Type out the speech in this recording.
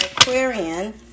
Aquarian